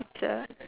it's a